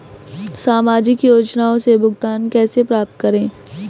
सामाजिक योजनाओं से भुगतान कैसे प्राप्त करें?